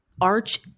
arch